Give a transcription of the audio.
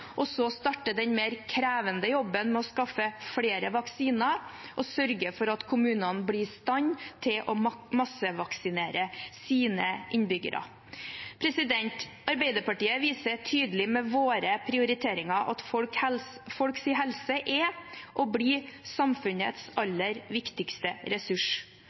og så starter den mer krevende jobben med å skaffe flere vaksiner og sørge for at kommunene blir i stand til å massevaksinere sine innbyggere. Vi i Arbeiderpartiet viser tydelig med våre prioriteringer at folks helse er og blir samfunnets aller viktigste ressurs.